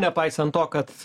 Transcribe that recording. nepaisant to kad